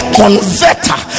converter